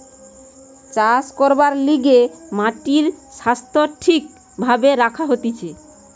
চাষ করবার লিগে মাটির স্বাস্থ্য ঠিক ভাবে রাখা হতিছে